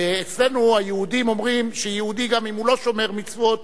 אצלנו היהודים אומרים שיהודי גם אם הוא לא שומר מצוות,